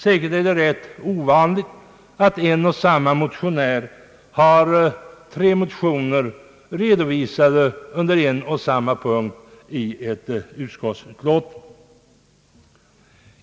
Säkerligen är det ganska ovanligt att en och samma motionär har tre motioner redovisade under en och samma punkt i ett utskottsutlåtande.